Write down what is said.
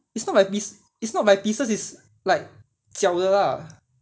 it's not like piec~ it's not like pieces it's like 搅的 lah